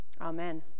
Amen